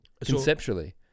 conceptually